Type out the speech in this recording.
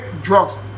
drugs